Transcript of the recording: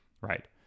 right